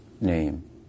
name